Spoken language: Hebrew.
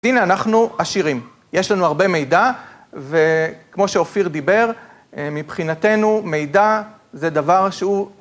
הנה אנחנו עשירים, יש לנו הרבה מידע וכמו שאופיר דיבר, מבחינתנו מידע זה דבר שהוא